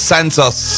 Santos